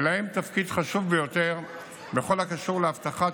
ולהם תפקיד חשוב ביותר בכל הקשור להבטחת